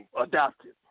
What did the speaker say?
Adopted